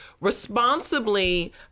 responsibly